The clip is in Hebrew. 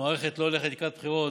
שהמערכת לא הולכת לקראת בחירות,